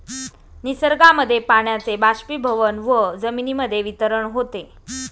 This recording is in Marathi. निसर्गामध्ये पाण्याचे बाष्पीभवन व जमिनीमध्ये वितरण होते